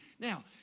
Now